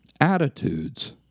attitudes